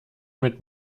mit